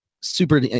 Super